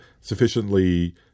sufficiently